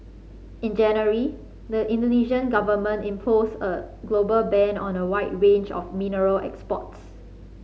in January the Indonesian Government imposed a global ban on a wide range of mineral exports